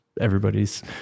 everybody's